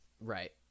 Right